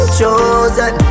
chosen